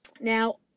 now